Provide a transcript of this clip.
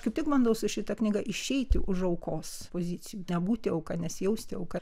kaip tik bandau su šita knyga išeiti už aukos pozicijų nebūti auka nesijausti auka